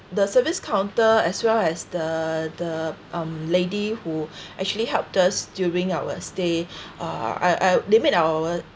the service counter as well as the the um lady who actually helped us during our stay uh the made our